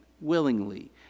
willingly